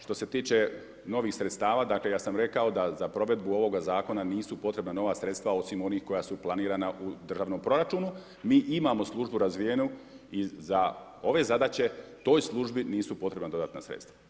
Što se tiče novih sredstava, dakle ja sam rekao da za provedbu ovog zakona nisu potrebna nova sredstva osim onih koja su planirana u državnom proračunu, mi imamo službu razvijenu i za ove zadaće toj službi nisu potrebna dodatna sredstva.